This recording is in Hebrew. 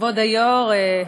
כבוד היושב-ראש,